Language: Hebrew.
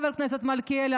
חבר הכנסת מלכיאלי,